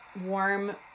warm